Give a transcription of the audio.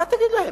מה תגיד להם?